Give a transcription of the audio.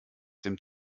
dem